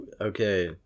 okay